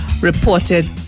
reported